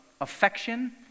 affection